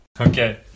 Okay